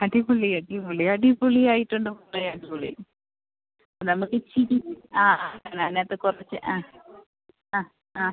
അടിപൊളി അടിപൊളി അടിപൊളി ആയിട്ടുണ്ട് മോളെ അടിപൊളി നമുക്ക് ഇച്ചിരി ആ അങ്ങനെത്തെ കുറച്ച് ആ ആ ആ